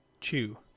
Chew